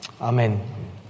Amen